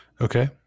Okay